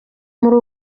muri